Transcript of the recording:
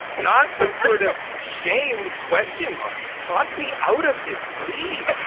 not some sort of shame. questionmark. talk me out of this, please.